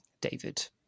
David